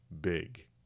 big